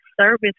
service